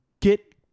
get